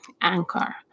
anchor